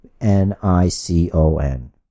N-I-C-O-N